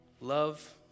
Love